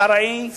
שרעי או מד'הב.